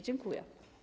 Dziękuję.